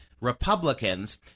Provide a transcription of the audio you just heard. Republicans –